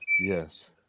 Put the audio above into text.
yes